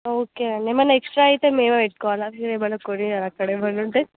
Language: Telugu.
ఓకే అండి ఏమైనా ఎక్స్ట్రా అయితే మేమే పెట్టుకోవాలా మీరేమన్నా కొనియరా అక్కడ ఏమన్నా ఉంటే